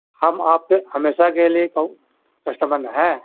ہم آپ پہ ہمیشہ کے لیے کسٹمر نا ہیں